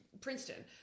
Princeton